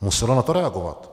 Muselo na to reagovat.